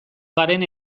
garen